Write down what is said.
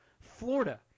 Florida